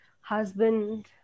husband